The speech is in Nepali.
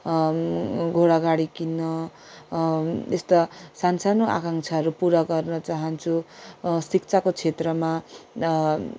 घोडागाडी किन्न यस्ता सानसानो आकाङ्क्षाहरू पुरा गर्न चाहन्छु शिक्षाको क्षेत्रमा